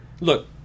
Look